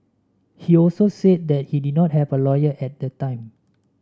he also said that he did not have a lawyer at the time